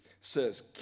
says